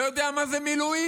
לא יודע מה זה מילואים.